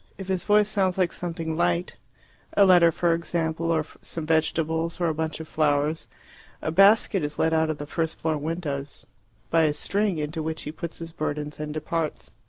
if his voice sounds like something light a letter, for example, or some vegetables, or a bunch of flowers a basket is let out of the first-floor windows by a string, into which he puts his burdens and departs.